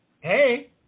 Hey